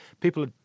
people